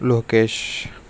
Lokesh